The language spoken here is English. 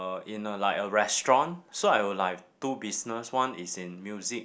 uh in a like a restaurant so I would like have two business one is in music